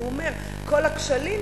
והוא אומר: כל הכשלים,